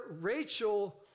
Rachel